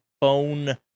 phone